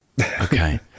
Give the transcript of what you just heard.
okay